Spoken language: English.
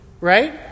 right